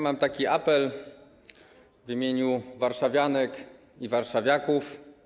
Mam taki apel w imieniu warszawianek i warszawiaków.